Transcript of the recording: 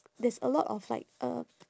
there's a lot of like uh